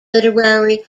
literary